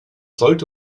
sollte